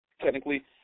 technically